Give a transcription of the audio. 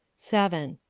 seven.